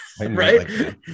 Right